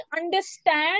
understand